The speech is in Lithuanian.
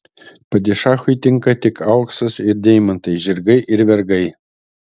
padišachui tinka tik auksas ir deimantai žirgai ir vergai